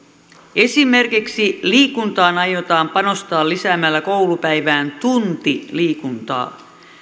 esimerkiksi liikuntaan aiotaan panostaa lisäämällä koulupäivään tunti liikuntaa